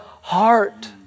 heart